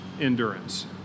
endurance